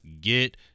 get